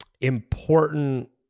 important